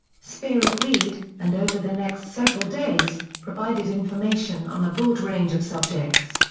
speer agreed, and over the next several days, provided information on a broad range of subjects.